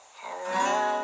hello